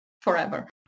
forever